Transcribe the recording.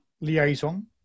liaison